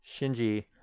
Shinji